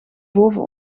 boven